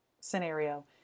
scenario